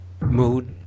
mood